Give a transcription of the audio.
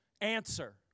answer